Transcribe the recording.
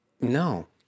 No